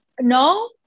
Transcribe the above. No